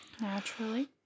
Naturally